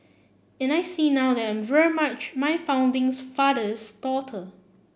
and I see now that I'm very much my father's daughter